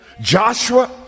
Joshua